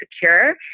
secure